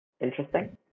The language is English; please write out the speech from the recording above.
interesting